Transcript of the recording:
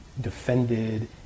defended